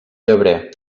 llebrer